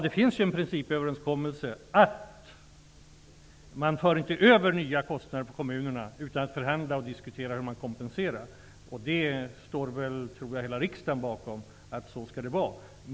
Det finns en principöverenskommelse att man inte för över nya kostnader till kommunerna utan att förhandla och diskutera hur man skall kompensera det. Så skall det vara -- det tror jag att hela riksdagen står bakom.